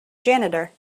janitor